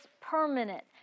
permanent